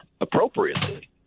appropriately